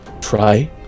Try